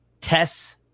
Tess